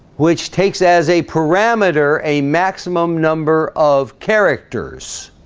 which takes as a parameter a maximum number of characters